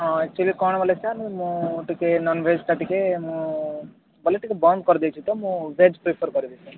ହଁ ଏକଚୌଲି କଣ କହିଲେ ସାର୍ ମୁଁ ଟିକିଏ ନନଭେଜଟା ଟିକିଏ ମୁଁ ବୋଲେ ଟିକିଏ ବନ୍ଦ କରିଦେଇଛି ତ ମୁଁ ଭେଜ୍ ପ୍ରିଫର୍ କରିବି ସାର୍